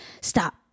stop